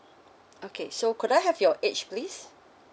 okay so could I have your age please